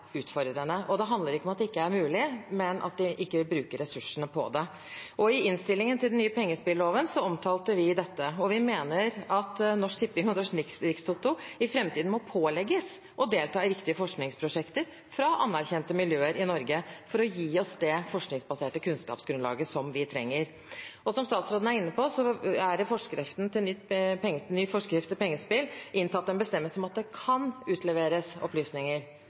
utfordrende. Det handler ikke om at det ikke er mulig, men at de ikke vil bruke ressurser på det. I innstillingen til den nye pengespilloven omtalte vi i dette, og vi mener at Norsk Tipping og Norsk Rikstoto i framtiden må pålegges å delta i viktige forskningsprosjekter fra anerkjente miljøer i Norge for å gi oss det forskningsbaserte kunnskapsgrunnlaget som vi trenger. Og som statsråden var inne på, er det i ny forskrift til pengespill inntatt en bestemmelse om at det kan utleveres opplysninger,